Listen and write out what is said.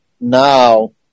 now